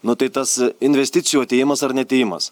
nu tai tas investicijų atėjimas ar neatėjimas